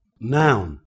Noun